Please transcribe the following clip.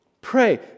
pray